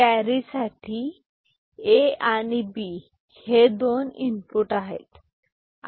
carry साठी A आणि B हे दोन इनपुट आहेत